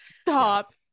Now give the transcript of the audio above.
Stop